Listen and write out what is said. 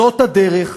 זאת הדרך,